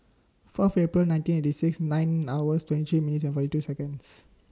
Fourth April nineteen eighty six nine hours twenty three minutes and forty two Seconds